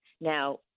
Now